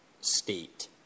state